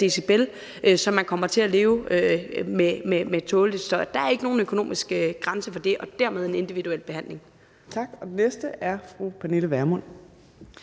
decibel, så man kommer til at leve med tålelig støj. Der er ikke nogen økonomiske grænser for det, og dermed er der en individuel behandling. Kl. 15:50 Fjerde næstformand